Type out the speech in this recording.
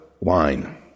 wine